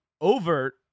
overt